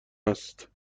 است